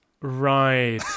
right